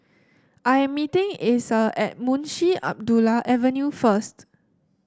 I am meeting Asa at Munshi Abdullah Avenue first